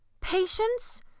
Patience